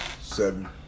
seven